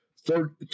Third